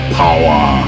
power